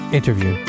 Interview